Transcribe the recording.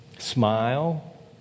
Smile